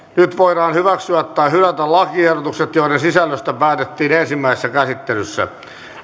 nyt voidaan hyväksyä tai hylätä lakiehdotukset joiden sisällöstä päätettiin ensimmäisessä käsittelyssä